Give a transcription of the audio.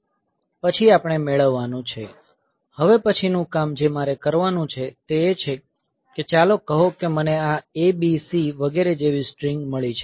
પછી આપણે મેળવવાનું છે હવે પછીનું કામ જે મારે કરવાનું છે તે છે ચાલો કહો કે મને આ a b c વગેરે જેવી સ્ટ્રીંગ મળી છે